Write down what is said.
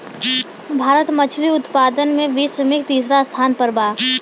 भारत मछली उतपादन में विश्व में तिसरा स्थान पर बा